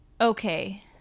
okay